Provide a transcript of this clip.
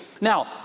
Now